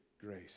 grace